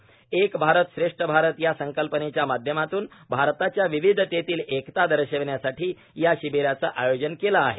एक भारत श्रेष्ठ भारत या संकल्पनेच्या माध्यमातून भारताच्या विविधतेतील एकता दर्शविण्यासाठी या शिबिराचे आयोजन केले आहे